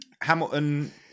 Hamilton